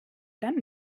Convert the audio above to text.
dann